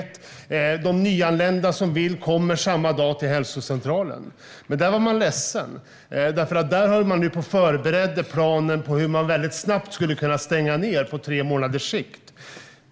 De nyanlända som vill kommer till hälsocentralen samma dag. Men man var ändå ledsen, för man höll på att förbereda planen för hur man väldigt snabbt skulle kunna stänga ned på tre månaders sikt.